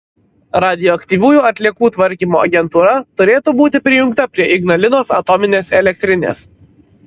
radioaktyviųjų atliekų tvarkymo agentūra turėtų būti prijungta prie ignalinos atominės elektrinės